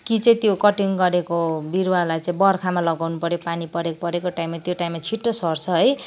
कि चाहिँ त्यो कटिङ गरेको बिरुवालाई चाहिँ बर्खामा लगाउनु पऱ्यो पानी परेको परेको टाइममा त्यो टाइममा छिटो सर्छ है